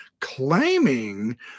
claiming